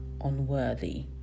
unworthy